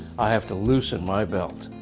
i have to loosen my belt.